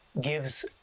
gives